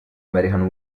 american